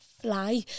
fly